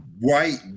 white